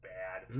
bad